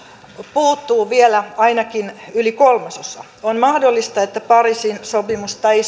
puuttuu vielä ainakin yli kolmasosa on mahdollista että pariisin sopimusta ei